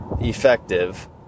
effective